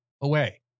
away